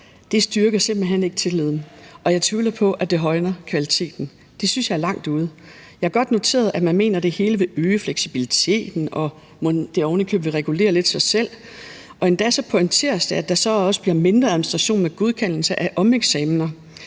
simpelt hen ikke tilliden, og jeg tvivler på, at det højner kvaliteten. Det synes jeg er langt ude. Jeg har godt noteret mig, at man mener, at det hele vil øge fleksibiliteten, og at det ovenikøbet lidt vil regulere sig selv. Og så pointeres det endda, at der så også bliver mindre administration med godkendelse af omeksamener.